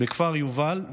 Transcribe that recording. בכפר יובל,